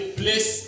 place